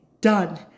done